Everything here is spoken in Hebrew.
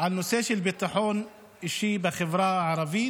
בנושא ביטחון אישי בחברה הערבית,